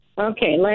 Okay